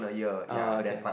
uh okay